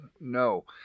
no